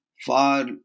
far